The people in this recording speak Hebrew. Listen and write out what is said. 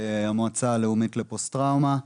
המועצה הלאומית לפוסט טראומה,